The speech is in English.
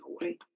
Away